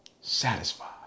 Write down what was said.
Satisfied